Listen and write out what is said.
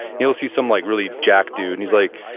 he'll see some like really jacked dude and he's like,